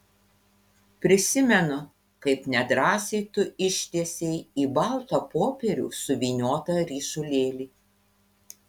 prisimenu kaip nedrąsiai tu ištiesei į baltą popierių suvyniotą ryšulėlį